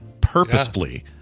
purposefully